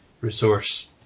resource